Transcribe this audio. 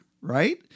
right